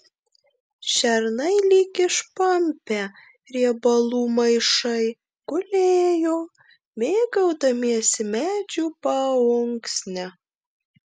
šernai lyg išpampę riebalų maišai gulėjo mėgaudamiesi medžių paunksne